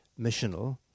missional